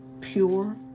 pure